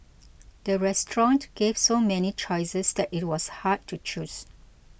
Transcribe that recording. the restaurant gave so many choices that it was hard to choose